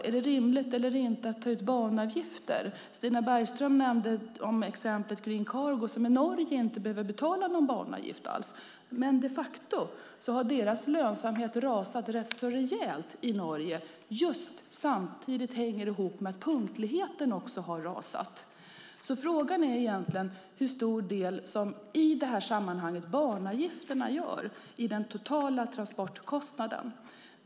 Är det rimligt eller inte att ta ut banavgifter? Stina Bergström nämnde exemplet Cargo Net som i Norge inte behöver betala någon banavgift alls. Men dess lönsamhet har rasat rätt så rejält i Norge. Det hänger ihop med att punktligheten också har rasat. Frågan är hur stor del i sammanhanget som banavgifterna utgör av den totala transportkostnaden.